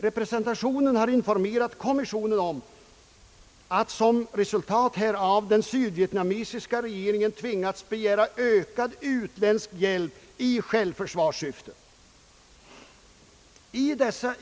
Representationen har informerat kommissionen om att som resultat härav den sydvietnamesiska regeringen tvingats begära ökad utländsk hjälp i självförsvarssyfte. 5.